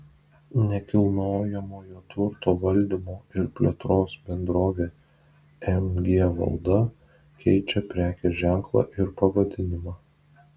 nekilnojamojo turto valdymo ir plėtros bendrovė mg valda keičia prekės ženklą ir pavadinimą